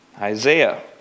Isaiah